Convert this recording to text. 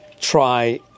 try